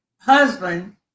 husband